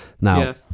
Now